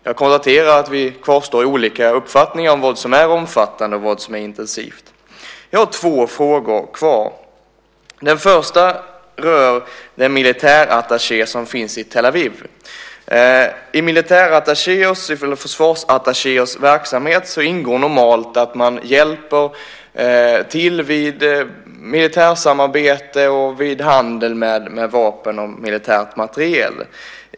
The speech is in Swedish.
Jag konstaterar att vi kvarstår i olika uppfattningar om vad som är omfattande och vad som är intensivt. Jag har två frågor kvar. Den första rör den militärattaché som finns i Tel Aviv. I militär och försvarsattachéers verksamhet ingår normalt att man hjälper till vid militärsamarbete och vid handel med vapen och militärt materiel.